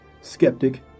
skeptic